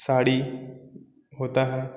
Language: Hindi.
साड़ी होता है